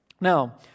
Now